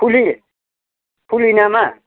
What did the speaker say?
फुलि फुलि नामा